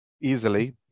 easily